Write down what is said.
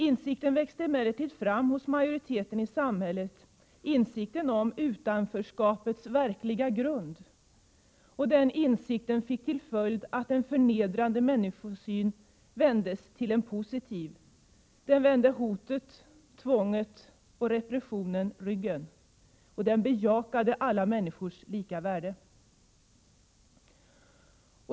Insikten växte emellertid fram hos majoriteten i samhället; insikten om utanförskapets verkliga grund. Den insikten fick till följd att en förnedrande människosyn vändes till en positiv, den vände hotet, tvånget och repressionen ryggen. Den bejakade alla människors lika värde.